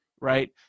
right